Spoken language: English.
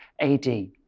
AD